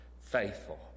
faithful